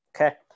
Okay